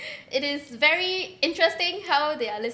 it is very interesting how they are listening